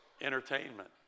entertainment